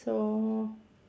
so